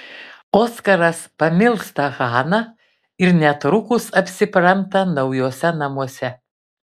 oskaras pamilsta haną ir netrukus apsipranta naujuose namuose